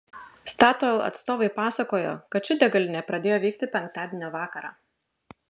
statoil atstovai pasakojo kad ši degalinė pradėjo veikti penktadienio vakarą